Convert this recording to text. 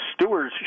stewards